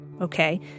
Okay